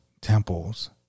temples